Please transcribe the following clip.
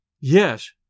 Yes